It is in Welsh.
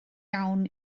iawn